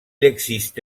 existe